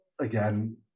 again